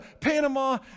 Panama